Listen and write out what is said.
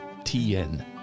TN